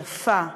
יפה,